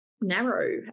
narrow